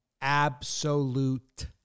Absolute